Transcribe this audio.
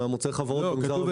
כתוב: